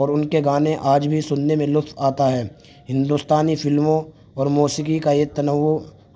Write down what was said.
اور ان کے گانے آج بھی سننے میں لطف آتا ہے ہندوستانی فلموں اور موسیقی کا یہ تنوع